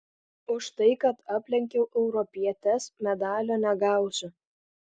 už tai kad aplenkiau europietes medalio negausiu